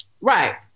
Right